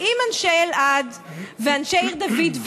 באים אנשי אלעד ואנשי עיר דוד,